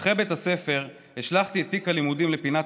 אחרי בית הספר השלכתי את תיק הלימודים לפינת